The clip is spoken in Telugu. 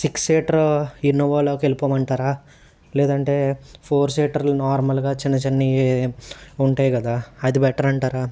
సిక్స్ సీటర్ ఇన్నోవాలోకిె వెళ్ళిపోమంటారా లేదంటే ఫోర్ సీటర్లు నార్మల్గా చిన్న చిన్నవి ఉంటాయి కదా అది బెటర్ అంటారా